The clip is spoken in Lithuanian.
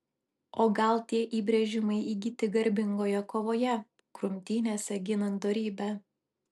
o gal tie įbrėžimai įgyti garbingoje kovoje grumtynėse ginant dorybę